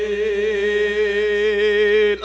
is